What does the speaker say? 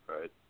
Right